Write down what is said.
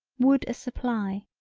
wood a supply.